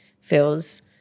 feels